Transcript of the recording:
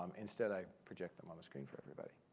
um instead, i project them on the screen for everybody.